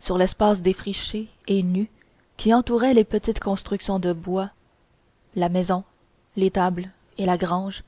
sur l'espace défriché et nu qui entourait les petites constructions de bois-la maison l'étable et la grange